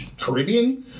Caribbean